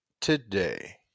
today